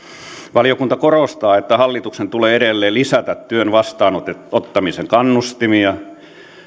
valiokunta korostaa että hallituksen tulee edelleen lisätä työn vastaanottamisen kannustimia